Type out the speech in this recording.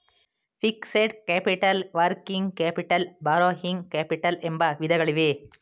fixed capital working capital borrowing capital ಎಂಬ ವಿಧಗಳಿವೆ